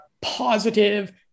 positive